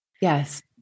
yes